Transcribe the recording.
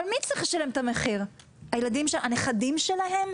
אבל מי צריך לשלם את המחיר, הנכדים שלהם?